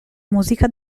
musica